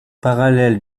parallèle